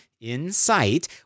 insight